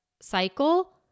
cycle